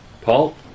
Paul